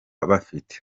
bafite